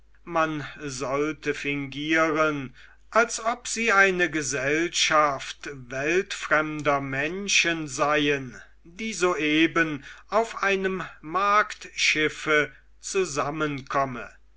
man sollte fingieren als ob sie eine gesellschaft weltfremder menschen seien die soeben auf einem marktschiffe zusammenkomme